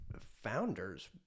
founders